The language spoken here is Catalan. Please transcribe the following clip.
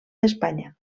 d’espanya